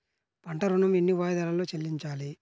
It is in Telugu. పంట ఋణం ఎన్ని వాయిదాలలో చెల్లించాలి?